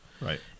right